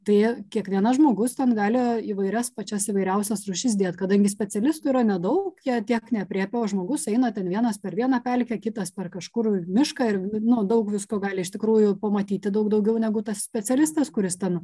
tai kiekvienas žmogus ten gali įvairias pačias įvairiausias rūšis dėt kadangi specialistų yra nedaug jie tiek neaprėpia o žmogus eina ten vienas per vieną pelkę kitas per kažkur mišką ir nu daug visko gali iš tikrųjų pamatyti daug daugiau negu tas specialistas kuris ten